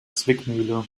zwickmühle